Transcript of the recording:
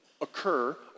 occur